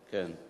כן.